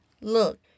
Look